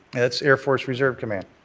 that's airforce reserve command.